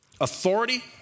authority